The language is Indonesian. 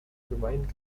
bermain